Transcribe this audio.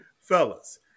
fellas